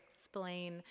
explain